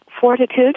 fortitude